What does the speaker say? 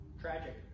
tragic